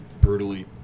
brutally